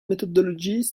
methodologies